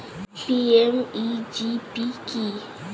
PMEGP কি?